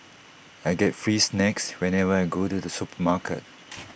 I get free snacks whenever I go to the supermarket